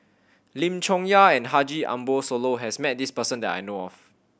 Lim Chong Yah and Haji Ambo Sooloh has met this person that I know of